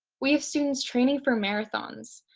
we have students training for marathons,